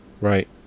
right